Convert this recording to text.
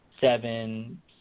seven